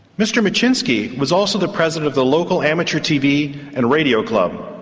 mr micsinszki was also the president of the local amateur tv and radio club.